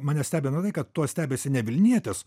mane stebina tai kad tuo stebisi ne vilnietis